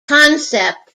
concept